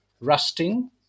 rusting